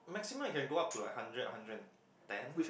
maximum I can go up to like hundred hundred and ten